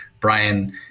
Brian